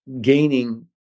gaining